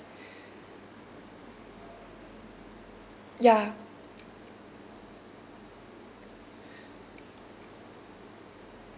ya